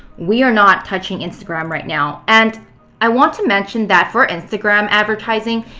we are not touching instagram right now. and i want to mention that, for instagram advertising,